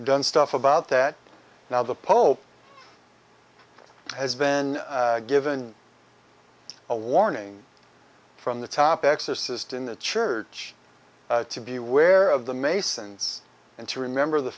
done stuff about that now the pope has been given a warning from the top exorcist in the church to be aware of the masons and to remember the